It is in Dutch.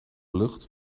lucht